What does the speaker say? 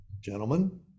Gentlemen